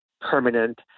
permanent